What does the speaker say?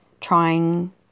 trying